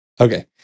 Okay